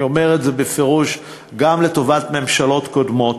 אני אומר את זה בפירוש גם לטובת ממשלות קודמות,